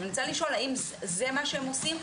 אני רוצה לשאול האם זה מה שהם עושים,